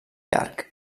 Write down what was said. llarg